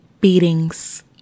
beatings